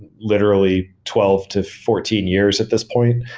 literally twelve to fourteen years at this point.